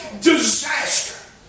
disaster